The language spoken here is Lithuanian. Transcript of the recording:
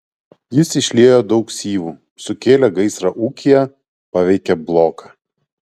jis išliejo daug syvų sukėlė gaisrą ūkyje paveikė bloką